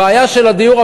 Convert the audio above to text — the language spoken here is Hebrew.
הבעיה של הדיור,